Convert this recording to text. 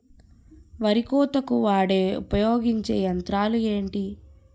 వరి కోతకు వాడే ఉపయోగించే యంత్రాలు ఏంటి?